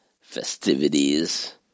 festivities